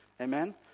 Amen